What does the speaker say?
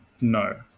No